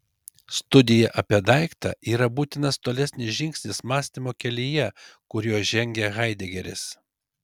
studija apie daiktą yra būtinas tolesnis žingsnis mąstymo kelyje kuriuo žengia haidegeris